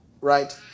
right